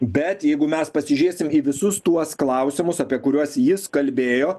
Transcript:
bet jeigu mes pasižiūrėsim į visus tuos klausimus apie kuriuos jis kalbėjo